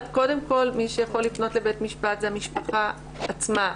מי שיכול לפנות לבית משפט זו המשפחה עצמה.